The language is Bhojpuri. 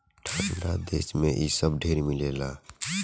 ठंडा देश मे इ सब ढेर मिलेला